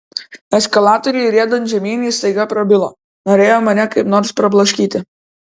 eskalatoriui riedant žemyn jis staiga prabilo norėjo mane kaip nors prablaškyti